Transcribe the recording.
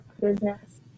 business